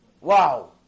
Wow